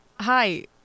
Hi